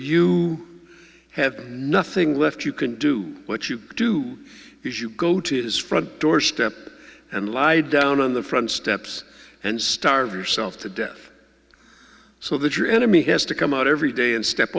you have nothing left you can do what you do is you go to his front doorstep and lie down on the front steps and starve yourself to death so that your enemy has to come out every day and step